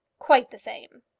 quite the same.